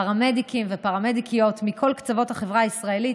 פרמדיקים ופרמדיקיות מכל קצוות החברה הישראלית,